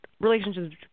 relationships